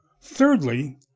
Thirdly